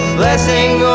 blessing